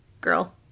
girl